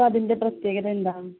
അപ്പോൾ അതിൻ്റെ പ്രേത്യേകത എന്താണ്